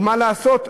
מה לעשות,